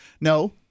no